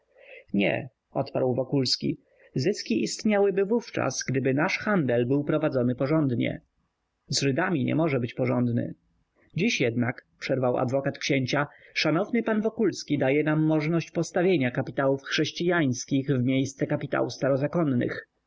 nie odparł wokulski zyski istniałyby wówczas gdyby nasz handel był prowadzony porządnie z żydami nie może być porządny dziś jednak przerwał adwokat księcia szanowny pan wokulski daje nam możność podstawienia kapitałów chrześcijańskich w miejsce kapitału